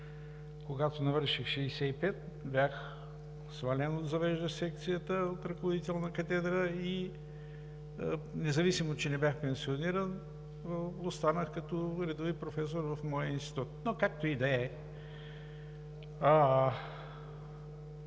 Когато навърших 65 години, бях свален от завеждащ секция, от ръководител на катедра. Независимо че не бях пенсиониран, останах като редови професор в моя институт. Но както и да е.